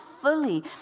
fully